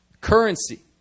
currency